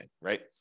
right